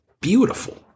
beautiful